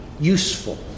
useful